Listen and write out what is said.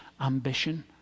ambition